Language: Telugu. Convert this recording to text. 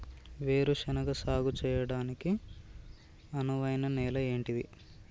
వేరు శనగ సాగు చేయడానికి అనువైన నేల ఏంటిది?